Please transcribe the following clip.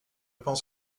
pense